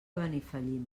benifallim